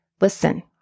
listen